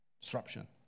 Disruption